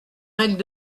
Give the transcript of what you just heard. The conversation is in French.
règles